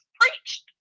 preached